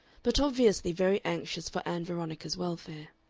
but obviously very anxious for ann veronica's welfare.